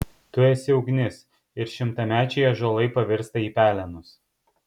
tu esi ugnis ir šimtamečiai ąžuolai pavirsta į pelenus